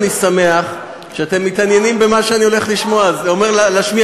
אני שמח שאתם מתעניינים במה שאני הולך להשמיע לכם,